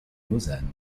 lausanne